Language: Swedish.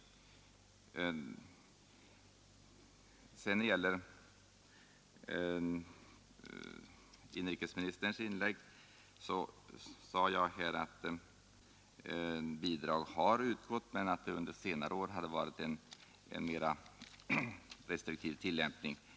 När det sedan gäller inrikesministerns inlägg sade jag att bidrag har utgått men att det under senare år har varit en mera restriktiv tillämpning.